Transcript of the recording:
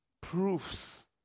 proofs